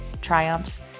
triumphs